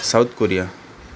South Korea